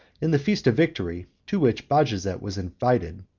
in the feast of victory, to which bajazet was invited,